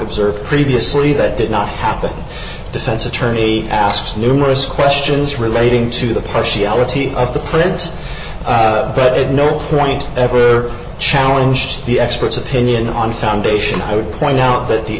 observed previously that did not happen defense attorney asks numerous questions relating to the pressure of the print but at no point ever challenge the expert's opinion on foundation i would point out that the